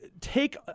take